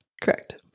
Correct